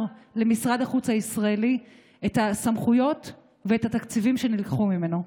למשרד החוץ הישראלי את הסמכויות ואת התקציבים שנלקחו ממנו.